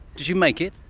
did you make it?